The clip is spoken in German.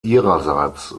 ihrerseits